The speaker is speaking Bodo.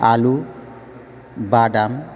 आलु बादाम